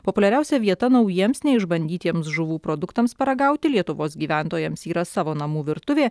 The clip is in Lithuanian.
populiariausia vieta naujiems neišbandytiems žuvų produktams paragauti lietuvos gyventojams yra savo namų virtuvė